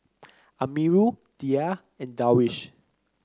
Amirul Dhia and Darwish